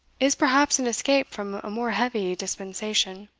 is perhaps an escape from a more heavy dispensation.